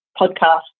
podcast